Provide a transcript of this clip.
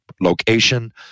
location